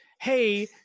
hey